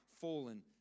fallen